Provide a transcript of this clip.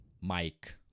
Mike